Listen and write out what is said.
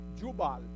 Jubal